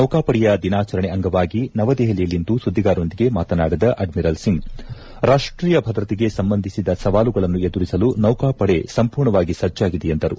ನೌಕಾಪಡೆಯ ದಿನಾಚರಣೆ ಅಂಗವಾಗಿ ನವದೆಹಲಿಯಲ್ಲಿಂದು ಸುದ್ದಿಗಾರರೊಂದಿಗೆ ಮಾತನಾಡಿದ ಅಡ್ನಿರಲ್ ಸಿಂಗ್ ರಾಷ್ವೀಯ ಭದ್ರತೆಗೆ ಸಂಬಂಧಿಸಿದ ಸವಾಲುಗಳನ್ನು ಎದುರಿಸಲು ಸೌಕಾಪಡೆ ಸಂಪೂರ್ಣವಾಗಿ ಸಜ್ಜಾಗಿದೆ ಎಂದರು